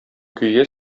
көйгә